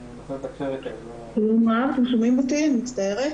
פתוח מאוגוסט